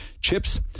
chips